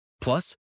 Plus